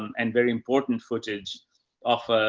um and very important footage of,